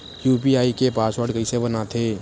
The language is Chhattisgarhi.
यू.पी.आई के पासवर्ड कइसे बनाथे?